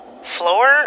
floor